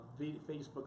Facebook